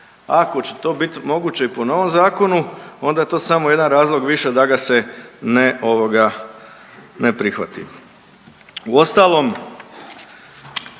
ako će to biti moguće i po novom zakonu onda je to samo jedan razlog više da ga se ne ovoga ne prihvati. Uostalom,